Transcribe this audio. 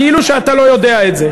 כאילו אתה לא יודע את זה.